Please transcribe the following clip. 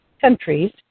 countries